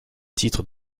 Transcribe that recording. titre